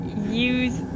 Use